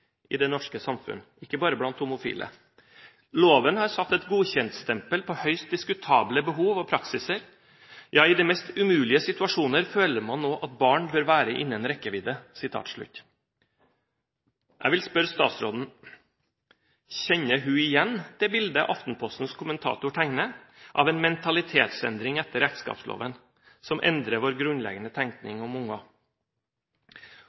i det norske samfunn, og ikke bare blant homofile. Loven har satt et godkjentstempel på høyst diskutable behov og praksiser. Ja, i de mest umulige situasjoner føler man nå at barn bør være innen rekkevidde.» Jeg vil spørre statsråden: Kjenner hun igjen det bildet Aftenpostens kommentator tegner av en mentalitetsendring etter ekteskapsloven, som endrer vår grunnleggende